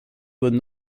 bonnes